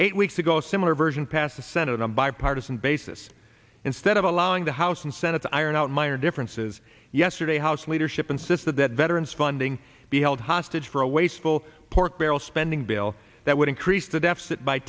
eight weeks ago a similar version passed the senate on a bipartisan basis instead of allowing the house and senate to iron out minor differences yesterday house leadership insisted that veterans funding be held hostage for a wasteful pork barrel spending bill that would increase the deficit by